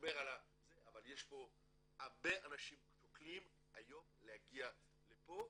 שומר על --- אבל הרבה אנשים שוקלים היום להגיע לפה